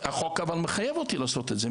אבל החוק מחייב אותי לעשות את זה.